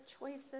choices